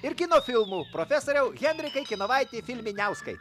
ir kino filmų profesoriau henrikai kinovaiti filminiauskai